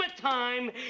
time